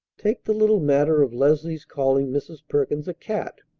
take the little matter of leslie's calling mrs. perkins a cat.